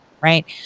right